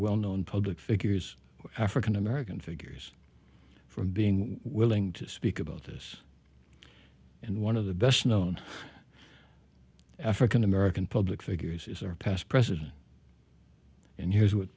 well known public figures african american figures from being willing to speak about this and one of the best known african american public figures is or past president and here's w